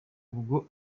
ubwo